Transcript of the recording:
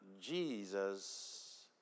Jesus